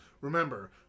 Remember